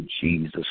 Jesus